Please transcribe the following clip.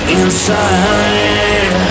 inside